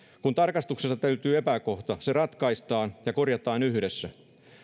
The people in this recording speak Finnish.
kun tarkastuksessa löytyy epäkohta se ratkaistaan ja korjataan yhdessä